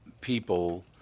people